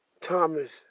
Thomas